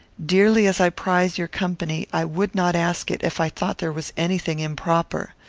dearly as i prize your company, i would not ask it, if i thought there was any thing improper.